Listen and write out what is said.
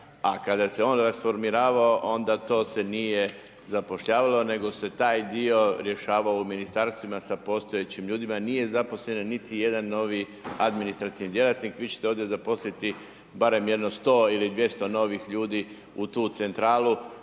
a kada se on rasformiravao, onda to se nije zapošljavalo nego se taj dio rješavao u ministarstvima sa postojećim ljudima jer nije zaposlen niti jedan novi administrativni djelatnik, vi ćete ovdje zaposliti barem jedno 100 ili 200 novih ljudi u tu centralu